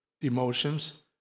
emotions